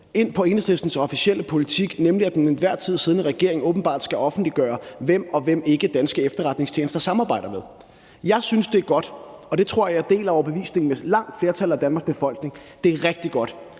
ind på Enhedslistens officielle politik, nemlig at den til enhver tid siddende regering åbenbart skal offentliggøre, hvem danske efterretningstjenester samarbejder og ikke samarbejder med. Jeg synes, det er rigtig godt – og der tror jeg, jeg deler overbevisning med langt flertallet af Danmarks befolkning – at vi har nogle